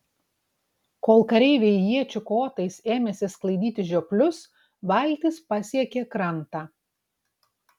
kol kareiviai iečių kotais ėmėsi sklaidyti žioplius valtis pasiekė krantą